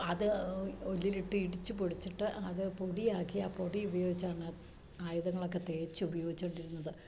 അത് ഒല്ലിലിട്ട് ഇടിച്ച് പൊടിച്ചിട്ട് അത് പൊടിയാക്കി ആ പൊടി ഉപയോഗിച്ചാണ് ആയുധങ്ങളൊക്കെ തേച്ച് ഉപയോഗിച്ചോണ്ടിരുന്നത്